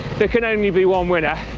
there can only be one winner,